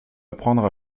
apprendre